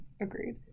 Agreed